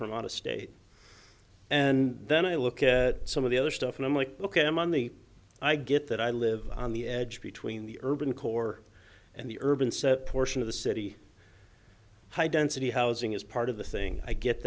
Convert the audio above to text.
from out of state and then i look at some of the other stuff and i'm like ok i'm on the i get that i live on the edge between the urban core and the urban set portion of the city high density housing is part of the thing i get